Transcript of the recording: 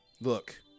Look